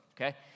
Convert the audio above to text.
Okay